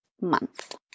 month